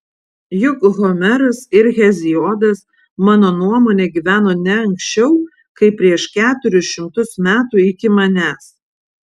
juk homeras ir heziodas mano nuomone gyveno ne anksčiau kaip prieš keturis šimtus metų iki manęs